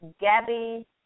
Gabby